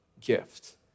gift